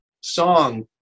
song